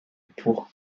pour